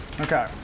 Okay